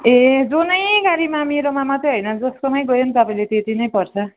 ए जुनै गाडीमा मेरोमा मात्रै होइन जसकोमै गए पनि तपाईँले त्यति नै पर्छ